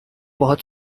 باهات